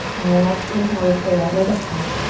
on your next inhale lift the right leg up high.